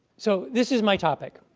so this is my topic,